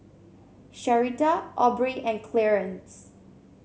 Sherita Aubrey and Clearence